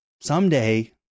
someday